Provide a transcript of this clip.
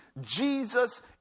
Jesus